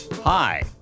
Hi